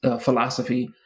philosophy